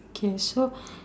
okay so